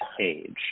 age